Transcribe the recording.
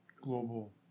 global